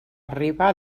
arriba